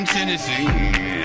Tennessee